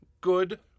good